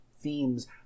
themes